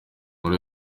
muri